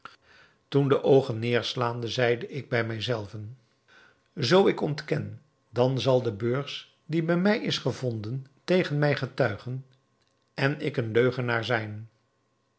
toen de oogen neêrslaande zeide ik bij mij zelven zoo ik ontken dan zal de beurs die bij mij is gevonden tegen mij getuigen en ik een leugenaar zijn